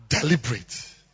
deliberate